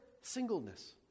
singleness